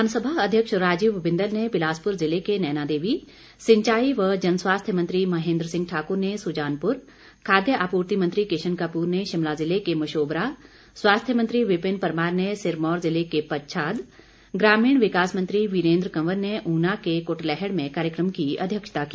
विधानसभा अध्यक्ष राजीव बिंदल ने बिलासपुर ज़िले के नैनादेवी सिंचाई व जन स्वास्थ्य मंत्री महेन्द्र सिंह ने सुजानपुर खाद्य आपूर्ति मंत्री किशन कपूर ने शिमला ज़िले के मशोबरा स्वास्थ्य मंत्री विपिन परमार ने सिरमोर जिले के पच्छाद ग्रामीण विकास मंत्री वीरेन्द्र कंवर ने ऊना के कुटलैहड़ में कार्यक्रम की अध्यक्षता की